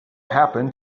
happen